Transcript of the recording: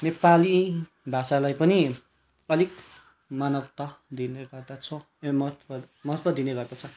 नेपाली भाषालाई पनि अलिक मानवता दिने गर्दछ ए महत्त्व महत्त्व दिने गर्दछ